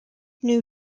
new